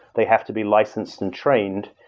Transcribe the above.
they have to be licensed and trained,